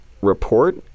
report